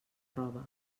roba